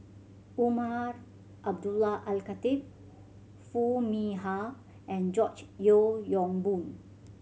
Umar Abdullah Al Khatib Foo Mee Har and George Yeo Yong Boon